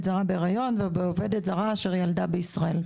זרה בהריון ובעובדת זרה אשר ילדה בישראל,